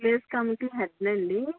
village committee హెడ్ని అండి